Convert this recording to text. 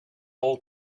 all